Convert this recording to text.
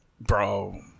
bro